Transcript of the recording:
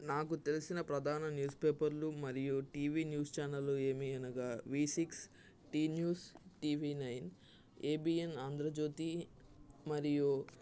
నాకు తెలిసిన ప్రధాన న్యూస్ పేపర్లు మరియు టీవీ న్యూస్ ఛానళ్లు ఏవి అనగా V six T news TV nine ABN Andhra Jyothi మరియు